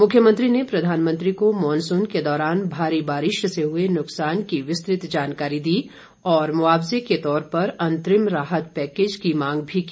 मुख्यमंत्री ने प्रधानमंत्री को मॉनसून के दौरान भारी बारिश से हुए नुकसान की विस्तृत जानकारी दी और मुआवजे के तौर पर अंतरिम राहत पैकेज की मांग भी की